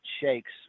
shakes